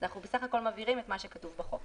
אנחנו בסך הכול מבהירים את מה שכתוב בחוק.